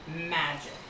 magic